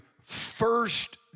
first